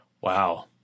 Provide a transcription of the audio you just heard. wow